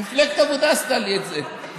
מפלגת העבודה עשתה לי את זה,